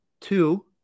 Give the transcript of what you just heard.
Two